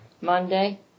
Monday